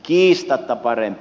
kiistatta parempi